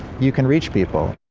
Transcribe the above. you can reach people.